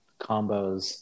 combos